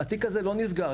התיק הזה לא נסגר,